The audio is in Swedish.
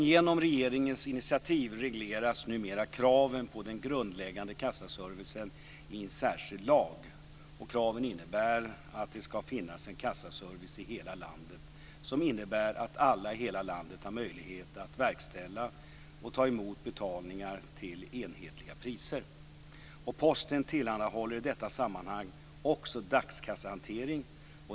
Genom regeringens initiativ regleras numera kraven på den grundläggande kassaservicen i en särskild lag. Kraven innebär att det ska finnas en kassaservice i hela landet som innebär att alla i hela landet har möjlighet att verkställa och ta emot betalningar till enhetliga priser. Posten tillhandahåller i detta sammanhang också dagskassehantering.